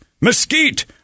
mesquite